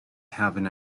having